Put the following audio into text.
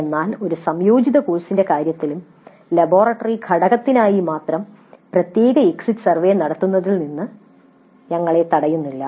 അതിനാൽ ഒരു സംയോജിത കോഴ്സിന്റെ കാര്യത്തിലും ലബോറട്ടറി ഘടകത്തിനായി മാത്രം പ്രത്യേക എക്സിറ്റ് സർവേ നടത്തുന്നതിൽ നിന്ന് ഞങ്ങളെ തടയുന്നില്ല